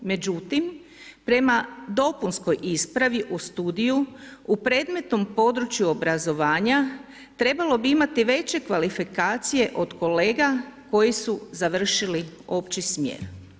Međutim, prema dopunskoj ispravi u studiju u predmetnom području obrazovanja trebalo bi imati veće kvalifikacije od kolega koji su završili opći smjer.